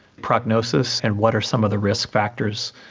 prognosis, and what are some of the risk factors.